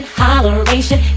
holleration